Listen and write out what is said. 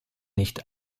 nicht